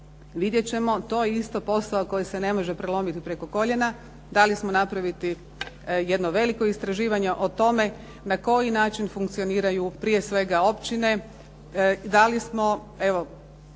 Vidjet ćemo. To je isto posao koji se ne može prelomiti preko koljena. Dali smo napraviti jedno veliko istraživanje o tome na koji način funkcioniraju prije svega općine.